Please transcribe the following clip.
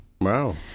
Wow